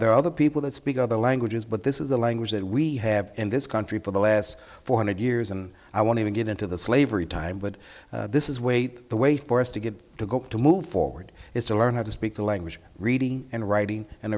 there are other people that speak other languages but this is a language that we have in this country for the last four hundred years and i want to get into the slavery time but this is wait the way for us to get to go to move forward is to learn how to speak the language reading and writing and